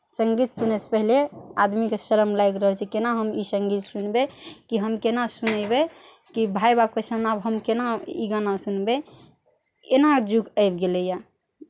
सङ्गीत सुनै से पहिले आदमीके शरम लागि रहल छै केना हम ई संगीत सुनबै कि हम केना सुनैबै कि भाइ बाप के समने आब हम केना ई गाना सुनबै एना जुग आइब गेलैये